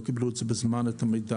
לא בזמן,